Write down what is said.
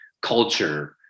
culture